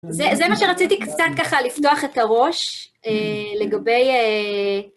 זה מה שרציתי קצת ככה לפתוח את הראש א... לגבי א...